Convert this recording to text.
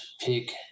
pick